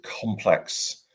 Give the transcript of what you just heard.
complex